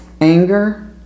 anger